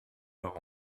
par